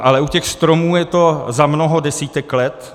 Ale u těch stromů je to za mnoho desítek let.